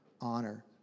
honor